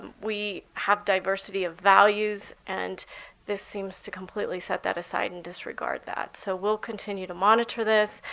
um we have diversity of values, and this seems to completely set that aside and disregard that. so we'll continue to monitor this,